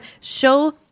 Show